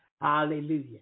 Hallelujah